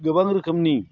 गोबां रोखोमनि